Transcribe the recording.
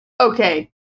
Okay